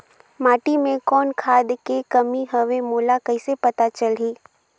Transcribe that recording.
माटी मे कौन खाद के कमी हवे मोला कइसे पता चलही?